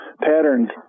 patterns